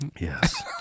Yes